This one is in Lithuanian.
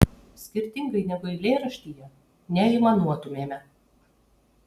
skirtingai negu eilėraštyje neaimanuotumėme